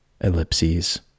ellipses